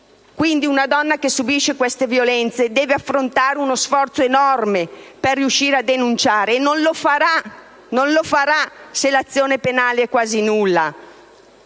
Una donna che subisce queste violenze deve compiere uno sforzo enorme per riuscire a sporgere denuncia, e non lo farà se l'azione penale è quasi nulla.